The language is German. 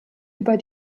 über